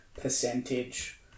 percentage